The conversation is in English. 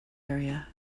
area